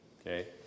Okay